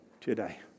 today